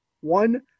one